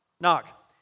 Knock